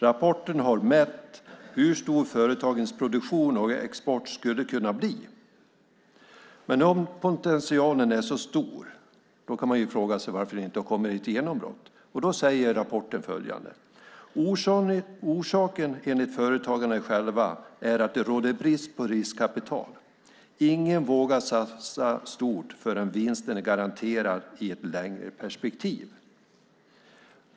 Rapporten har mätt hur stor företagens produktion och export skulle kunna bli. Om potentialen är så stor kan man fråga sig varför det inte har kommit ett genombrott. Rapporten säger följande: Orsaken enligt företagarna själva är att det råder brist på riskkapital. Ingen vågar satsa stort förrän vinsten är garanterad i ett längre perspektiv.